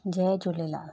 Jay Jhulelal